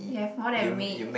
you have more than me